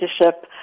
leadership